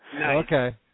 Okay